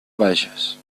bages